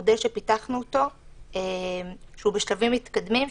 זה מודל שפיתחנו והוא בשלבים מתקדמים.